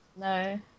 No